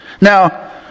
Now